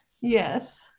Yes